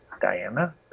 Diana